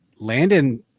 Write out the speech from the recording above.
Landon –